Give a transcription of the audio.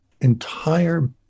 entire